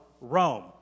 Rome